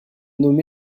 nommé